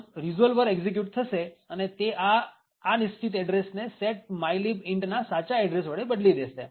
આમ resolver execute થશે અને તે આ નિશ્ચિત એડ્રેસને set mylib int ના સાચા એડ્રેસ વડે બદલી દેશે